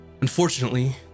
Unfortunately